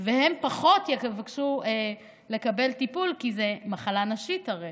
והם פחות יבקשו לקבל טיפול, כי זו מחלה נשית, הרי.